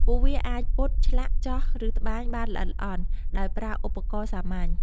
ពួកវាអាចពត់ ឆ្លាក់ ចោះ ឬត្បាញបានល្អិតល្អន់ ដោយប្រើឧបករណ៍សាមញ្ញ។